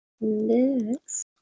Next